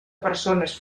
persones